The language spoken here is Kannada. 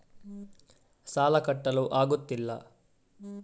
ಸಾಲ ಕಟ್ಟಲು ಆಗುತ್ತಿಲ್ಲ